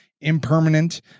impermanent